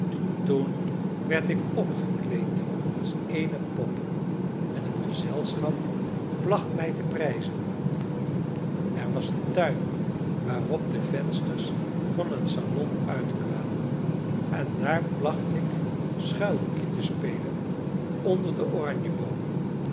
toen werd ik opgekleed als eene pop en het gezelschap placht mij te prijzen er was een tuin waarop de vensters van het salon uitkwamen en daar placht ik schuilhoekje te spelen onder de oranjeboomen